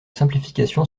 simplification